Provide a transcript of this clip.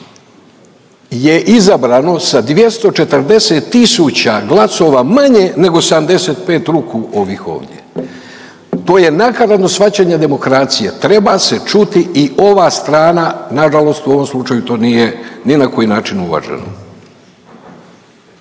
je izabrano sa 240 tisuća glasova manje, nego 75 ruku ovih ovdje. To je nakaradno shvaćanje demokracije. Treba se čuti i ova strana nažalost, u ovom slučaju to nije ni na koji način uvaženo.